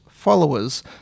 followers